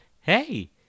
Hey